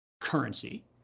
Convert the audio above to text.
currency